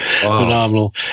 phenomenal